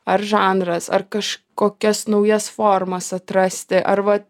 ar žanras ar kažkokias naujas formas atrasti ar vat